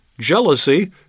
Jealousy